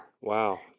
Wow